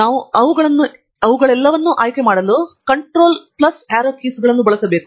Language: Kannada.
ನಾವು ಅವುಗಳನ್ನು ಎಲ್ಲಾ ಆಯ್ಕೆ ಮಾಡಲು ಕಂಟ್ರೋಲ್ ಬಾಣದ ಕೀಲಿಯನ್ನು ಬಳಸಿ